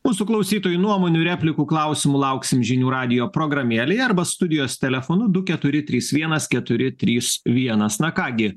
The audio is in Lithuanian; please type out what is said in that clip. mūsų klausytojų nuomonių replikų klausimų lauksim žinių radijo programėlėje arba studijos telefonu du keturi trys vienas keturi trys vienas na ką gi